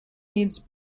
needs